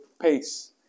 pace